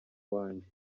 wanjye